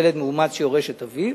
ילד מאומץ שיורש את אביו,